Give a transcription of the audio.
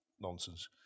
Nonsense